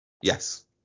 Yes